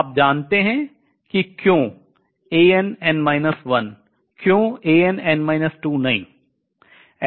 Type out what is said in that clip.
आप जानते हैं कि क्यों क्यों नहीं